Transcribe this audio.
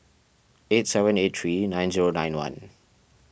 eight seven eight three nine zero nine one